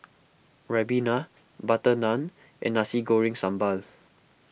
Ribena Butter Naan and Nasi Goreng Sambal